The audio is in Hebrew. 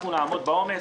אנחנו נעמוד בעומס,